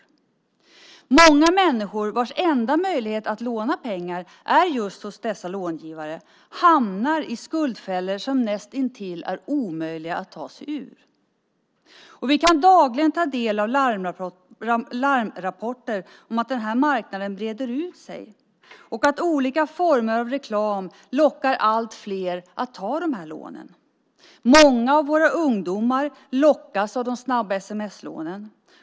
För många människor är dessa långivare den enda möjligheten att låna pengar, och många hamnar i skuldfällor som är näst intill omöjliga att ta sig ur. Vi kan dagligen ta del av larmrapporter om att denna marknad breder ut sig och att olika former av reklam lockar allt fler att ta dessa lån. Många av våra ungdomar lockas av de snabba sms-lånen.